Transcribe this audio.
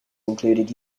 included